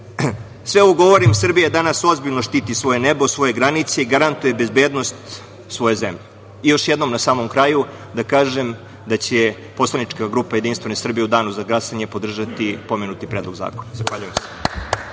FK1.Sve ovo govorim jer Srbija danas ozbiljno štiti svoje nebo, svoje granice i garantuje bezbednost svoje zemlje. Još jednom na samom kraju da kažem da će poslanička grupa Jedinstvene Srbije u danu za glasanje podržati pomenuti Predlog zakona.